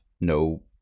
no